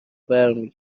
برمی